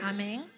Amen